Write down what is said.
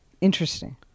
Interesting